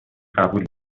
قبول